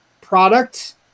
product